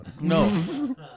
No